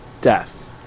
death